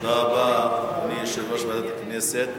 תודה רבה, אדוני יושב-ראש ועדת הכנסת.